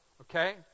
Okay